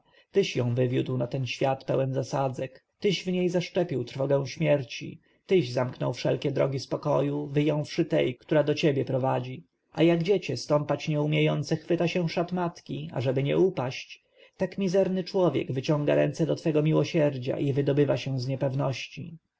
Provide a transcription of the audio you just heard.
tyś ją wywiódł na ten świat pełen zasadzek tyś w niej zaszczepił trwogę śmierci tyś zamknął wszelkie drogi spokoju wyjąwszy tej która do ciebie prowadzi a jak dziecię stąpać nie umiejące chwyta się szat matki ażeby nie upaść tak mizerny człowiek wyciąga ręce do twego miłosierdzia i wydobywa się z niepewności